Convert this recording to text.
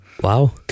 Wow